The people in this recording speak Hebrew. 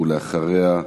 ואחריה,